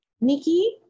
Nikki